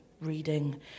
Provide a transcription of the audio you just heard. reading